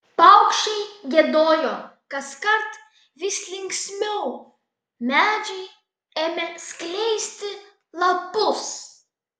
paukščiai giedojo kaskart vis linksmiau medžiai ėmė skleisti lapus